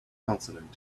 consonant